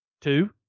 two